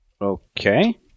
Okay